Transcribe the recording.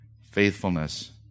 faithfulness